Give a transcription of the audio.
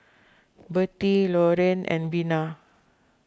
Birtie Lorene and Bina